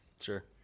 Sure